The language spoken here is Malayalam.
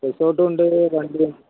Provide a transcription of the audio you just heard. റീസോട്ടൂണ്ട് വണ്ടിയും